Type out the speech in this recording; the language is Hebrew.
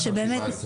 שזה הרבה מאוד